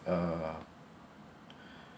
uh